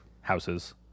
houses